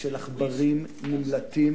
של עכברים נמלטים